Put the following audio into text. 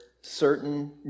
certain